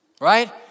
right